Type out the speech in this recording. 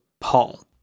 Paul